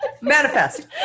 Manifest